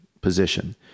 position